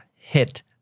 hit